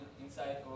Inside